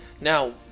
Now